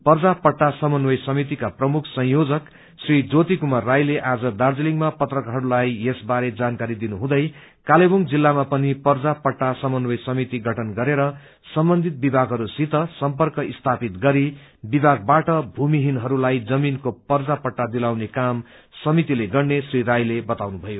पर्जा पट्टा समन्वय समितिका प्रमुख संयोजक श्री ज्योति कूमार राईले आज दार्जीलिङया पत्रकारहस्लाई यसको जानकारी दिनु हुँदै कालेवुङ जिल्लामा पनि पर्जा पट्टा समन्वय समिति गठन गरेर सम्बन्चीत विभागहससित सर्म्पक स्थपित गरि विभागबाट भूमिहीनहरूलाई जमिनको पर्जा पट्टा दिलाउने काम समितिले गर्ने श्री राईले बताउनु भयो